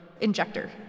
injector